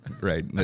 right